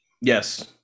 Yes